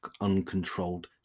uncontrolled